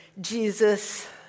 Jesus